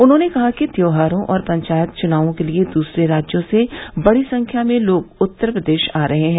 उन्होंने कहा कि त्यौहारों और पंचायत चुनावों के लिए दूसरे राज्यों से बड़ी संख्या में लोग उत्तर प्रदेश आ रहे हैं